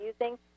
using